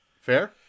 fair